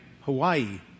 Hawaii